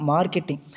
Marketing